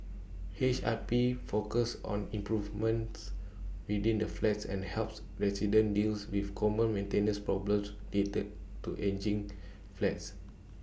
H I P focuses on improvements within the flats and helps residents deals with common maintenance problems related to ageing flats